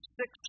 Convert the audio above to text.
six